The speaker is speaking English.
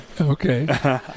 Okay